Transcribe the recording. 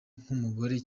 nk’umugore